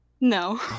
No